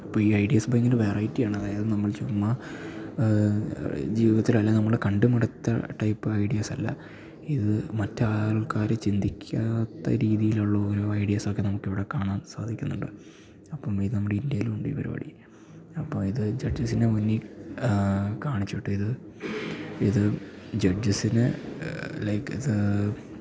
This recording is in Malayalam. അപ്പം ഈ ഐഡ്യാസ് ഭയങ്കര വെറൈറ്റിയാണ് അതായത് നമ്മൾ ചുമ്മാ ജീവിതത്തിൽ അല്ലേ നമ്മൾ കണ്ട് മടുത്ത ടൈപ്പൈഡ്യാസല്ല ഇത് മറ്റാൾക്കാരർ ചിന്തിക്കാത്ത രീതീലൊള്ളോരോ ഐഡ്യാസക്കെ നമുക്ക് ഇവിടെ കാണാൻ സാധിക്കുന്നുണ്ട് അപ്പം ഇത് നമ്മുടെ ഇന്ത്യേലുവുണ്ടീ പരിപാടി അപ്പ ഇത് ജെഡ്ജസിൻറ്റെ മുന്നി കാണിച്ചിട്ടിത് ഇത് ജെഡ്ജസിനേ ലൈക്കിത്